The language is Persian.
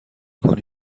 کنی